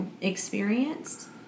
experienced